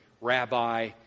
rabbi